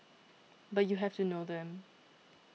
but you have to know them